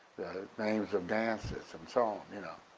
names of dances and so on, you know.